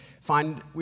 find